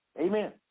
Amen